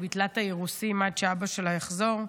והיא ביטלה את האירוסין עד שאבא שלה יחזור.